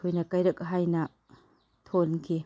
ꯑꯩꯈꯣꯏꯅ ꯀꯩꯔꯛ ꯍꯥꯏꯅ ꯊꯣꯟꯈꯤ